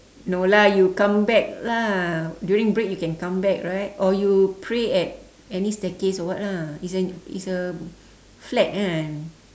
no lah you come back lah during break you can come back right or you pray at any staircase or what lah it's a it's a flat kan